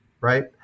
Right